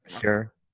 sure